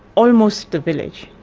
almost the village.